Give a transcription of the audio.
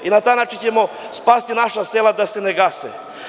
Na taj način ćemo spasiti naša sela da se ne gase.